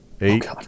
Eight